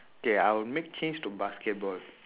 okay I will make change to basketball